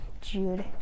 jude